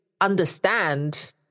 understand